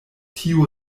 tiu